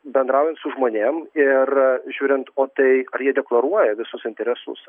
bendraujant su žmonėm ir žiūrint o tai ar jie deklaruoja visus interesus